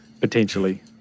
Potentially